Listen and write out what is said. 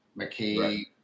McKay